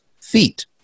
feet